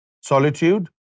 Solitude